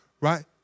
right